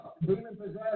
demon-possessed